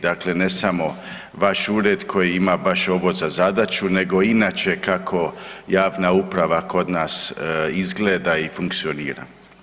Dakle, ne samo vaš ured koji ima baš ovo za zadaću nego inače kako javna uprava kod nas izgleda i funkcionira.